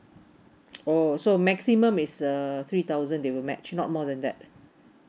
oh so maximum is uh three thousand they will match not more than that